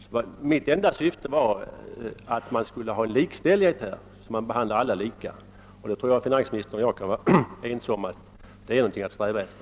Mitt enda syfte har således varit att man skall ha likställighet för alla på detta område. Jag tror att finansministern och jag kan vara ense om att det är något att sträva efter.